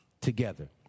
together